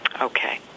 Okay